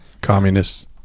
Communists